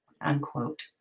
Unquote